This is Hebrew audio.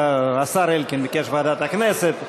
השר אלקין ביקש ועדת הכנסת,